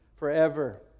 forever